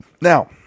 Now